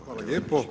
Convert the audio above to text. Hvala lijepo.